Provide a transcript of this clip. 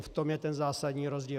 V tom je ten zásadní rozdíl.